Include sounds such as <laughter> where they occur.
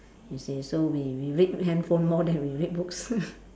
you see so we we read handphone more than we read books <laughs>